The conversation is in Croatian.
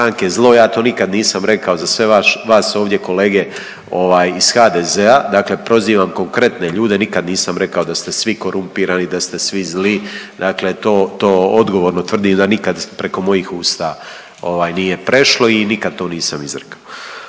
zlo. Ja to nikad nisam rekao za sve vas ovdje kolege iz HDZ-a, dakle prozivam konkretne ljude, nikad nisam rekao da ste svi korumpirani, da ste svi zli dakle to odgovorno tvrdim da nikad preko mojih usta nije prešlo i nikad to nisam izrekao.